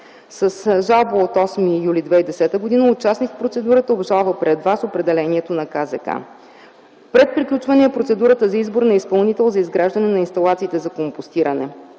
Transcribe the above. С жалба от 8 юли 2010 г. участник в процедурата обжалва пред Върховния административен съд определението на КЗК. Пред приключване е процедурата за избор на изпълнител за изграждане на инсталациите за компостиране.